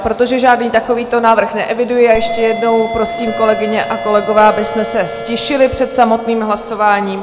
Protože žádný takovýto návrh neeviduji, já ještě jednou prosím, kolegyně a kolegové, abychom se ztišili před samotným hlasováním.